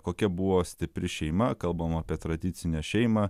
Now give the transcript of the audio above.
kokia buvo stipri šeima kalbama apie tradicinę šeimą